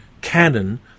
canon